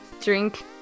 drink